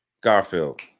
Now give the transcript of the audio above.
Garfield